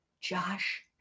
Josh